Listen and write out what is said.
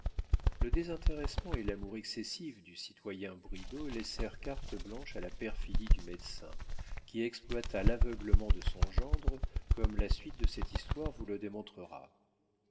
le désintéressement et l'amour excessif du citoyen bridau laissèrent carte blanche à la perfidie du médecin qui exploita l'aveuglement de son gendre comme la suite de cette histoire vous le démontrera